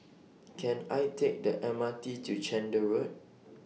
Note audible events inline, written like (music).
(noise) Can I Take The M R T to Chander Road (noise)